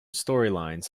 storylines